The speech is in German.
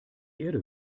erde